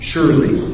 Surely